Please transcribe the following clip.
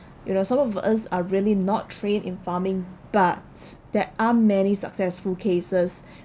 you know some of us are really not trained in farming but there are many successful cases